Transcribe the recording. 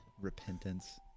Repentance